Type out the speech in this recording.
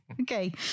Okay